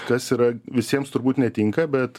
kas yra visiems turbūt netinka bet